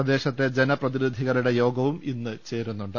പ്രദേശത്തെ ജനപ്രതിനിധികളുടെ യോഗവും ഇന്ന് ചേരുന്നുണ്ട്